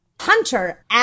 hunter